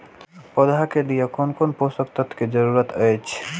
पौधा के लेल कोन कोन पोषक तत्व के जरूरत अइछ?